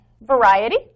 variety